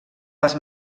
les